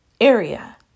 area